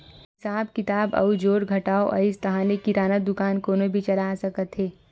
हिसाब किताब अउ जोड़ घटाव अइस ताहाँले किराना दुकान कोनो भी चला सकत हे